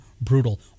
brutal